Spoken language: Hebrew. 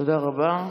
תודה רבה.